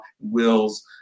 wills